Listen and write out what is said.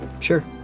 Sure